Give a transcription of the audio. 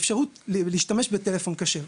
אפשרות להשתמש בטלפון כשר.